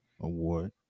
Award